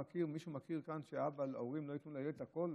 מישהו מכיר כאן מצב שההורים לא ייתנו לילד את הכול?